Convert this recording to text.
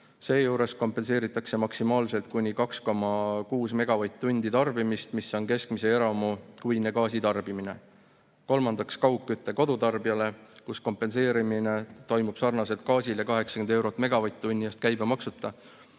Seejuures kompenseeritakse maksimaalselt kuni 2,6 megavatt-tundi tarbimist, mis on keskmise eramu kuine gaasitarbimine. Kolmandaks, kaugkütte kodutarbijale toimub kompenseerimine sarnaselt gaasile: 80 eurot megavatt-tunni eest käibemaksuta